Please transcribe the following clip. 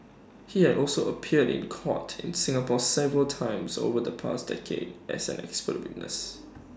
he had also appeared in court in Singapore several times over the past decade as an expert witness